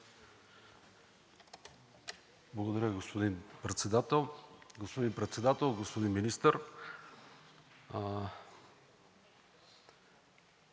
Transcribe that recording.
Благодаря, господин Председател. Господин Министър,